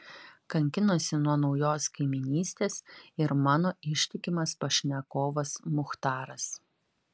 kankinosi nuo naujos kaimynystės ir mano ištikimas pašnekovas muchtaras